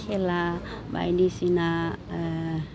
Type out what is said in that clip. खेला बायदिसिना